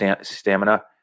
stamina